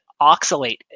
oxalate